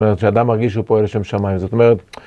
זאת אומרת שאדם מגיש הוא פועל לשם שמים זאת אומרת